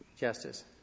Justice